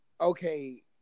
okay